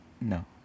No